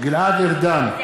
גלעד ארדן,